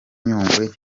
nyungwe